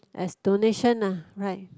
as donation lah right